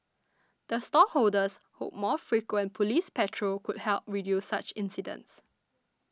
the stall holders hope more frequent police patrol could help reduce such incidents